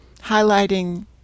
highlighting